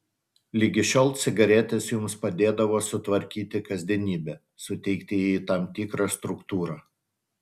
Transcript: ligi šiol cigaretės jums padėdavo sutvarkyti kasdienybę suteikti jai tam tikrą struktūrą